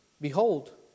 Behold